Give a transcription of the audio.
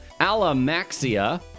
Alamaxia